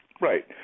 Right